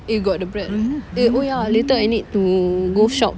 eh got the bread eh oh ya later I need to go shop